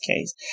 case